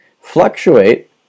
fluctuate